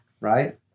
right